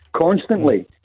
constantly